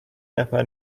نفر